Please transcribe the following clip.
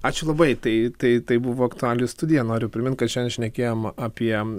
ačiū labai tai tai tai buvo aktualijų studija noriu primint kad šiandien šnekėjom apie